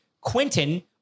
Quentin